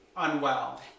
unwell